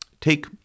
take